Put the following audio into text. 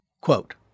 Quote